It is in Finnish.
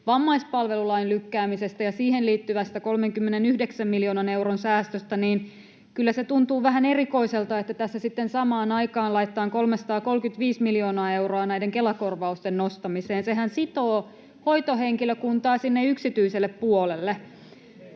vammaispalvelulain lykkäämisestä ja siihen liittyvästä 39 miljoonan euron säästöstä. Kyllä se tuntuu vähän erikoiselta, että tässä sitten samaan aikaan laitetaan 335 miljoonaa euroa näiden Kela-korvausten nostamiseen — sehän sitoo hoitohenkilökuntaa sinne yksityiselle puolelle.